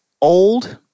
old